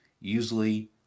usually